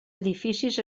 edificis